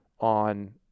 On